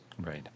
Right